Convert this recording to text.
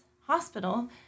hospital